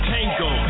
Tango